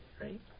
Right